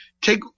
Take